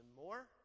more